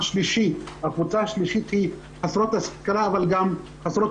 הקבוצה השלישית היא חסרות השכלה אבל גם חסרות